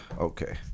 Okay